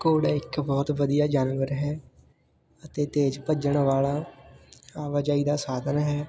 ਘੋੜਾ ਇੱਕ ਬਹੁਤ ਵਧੀਆ ਜਾਨਵਰ ਹੈ ਅਤੇ ਤੇਜ਼ ਭੱਜਣ ਵਾਲਾ ਆਵਾਜਾਈ ਦਾ ਸਾਧਨ ਹੈ